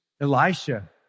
Elisha